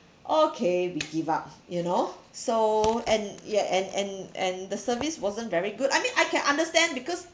okay we give up you know so and ya and and and the service wasn't very good I mean I can understand because